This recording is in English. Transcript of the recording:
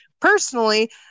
Personally